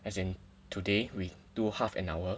as in today we do half an hour